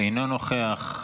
אינו נוכח.